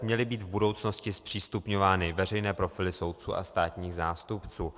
měly být v budoucnosti zpřístupňovány veřejné profily soudců a státních zástupců.